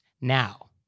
Now